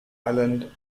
island